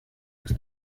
ist